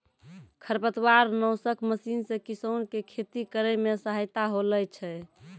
खरपतवार नासक मशीन से किसान के खेती करै मे सहायता होलै छै